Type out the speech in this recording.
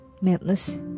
Madness